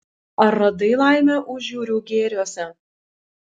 ar radai laimę užjūrių gėriuose